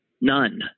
None